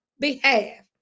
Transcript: behalf